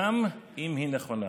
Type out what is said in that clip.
גם אם היא נכונה.